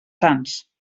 sants